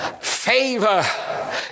favor